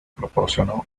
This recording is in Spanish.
proporcionó